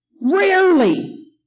Rarely